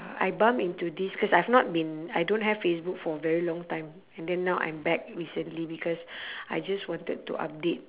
I bump into this cause I've not been I don't have facebook for a very long time and then now I'm back recently because I just wanted to update